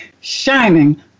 shining